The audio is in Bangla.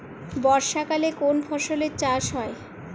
বর্ষাকালে কোন ফসলের চাষ হয়?